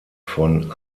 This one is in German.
von